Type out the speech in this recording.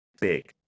Big